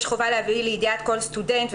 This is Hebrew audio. יש חובה להביא לידיעת כל סטודנט,